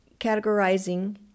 categorizing